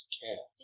care